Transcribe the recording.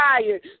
tired